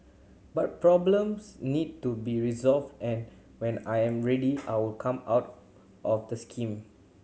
but problems need to be resolved and when I am ready I will come out of the scheme